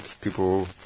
people